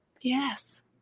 Yes